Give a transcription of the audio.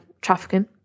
trafficking